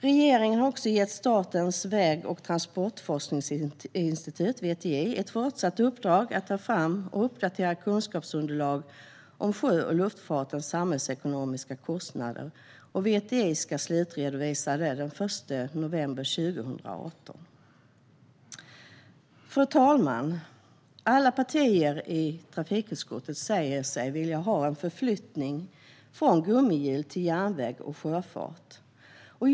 Regeringen har gett Statens väg och transportforskningsinstitut, VTI, ett fortsatt uppdrag att ta fram och uppdatera kunskapsunderlag om sjö och luftfartens samhällsekonomiska kostnader. VTI ska slutredovisa detta den 1 november 2018. Fru talman! Alla partier i trafikutskottet säger sig vilja ha en förflyttning från gummihjul till järnväg och sjöfart.